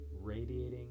radiating